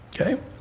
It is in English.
okay